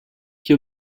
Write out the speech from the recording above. qui